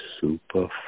super